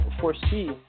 foresee